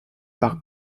par